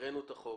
הקראנו את החוק.